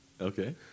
Okay